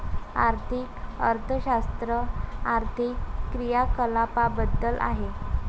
आर्थिक अर्थशास्त्र आर्थिक क्रियाकलापांबद्दल आहे